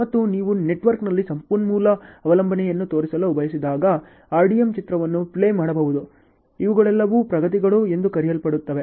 ಮತ್ತು ನೀವು ನೆಟ್ವರ್ಕ್ನಲ್ಲಿ ಸಂಪನ್ಮೂಲ ಅವಲಂಬನೆಯನ್ನು ತೋರಿಸಲು ಬಯಸಿದಾಗ RDM ಚಿತ್ರವನ್ನು ಪ್ಲೇ ಮಾಡಬಹುದು ಇವುಗಳೆಲ್ಲವೂ ಪ್ರಗತಿಗಳು ಎಂದು ಕರೆಯಲ್ಪಡುತ್ತವೆ